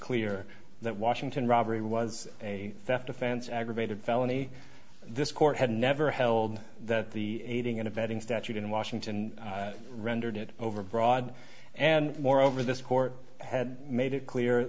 clear that washington robbery was a theft offense aggravated felony this court had never held that the aiding and abetting statute in washington rendered it overbroad and moreover this court had made it clear